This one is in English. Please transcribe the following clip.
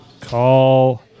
Call